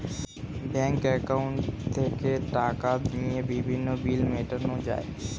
bank অ্যাকাউন্টে থেকে টাকা নিয়ে বিভিন্ন বিল মেটানো যায়